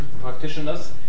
practitioners